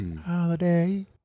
Holiday